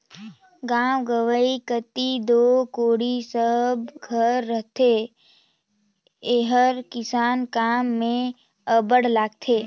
गाँव गंवई कती दो कोड़ी सब घर रहथे एहर किसानी काम मे अब्बड़ लागथे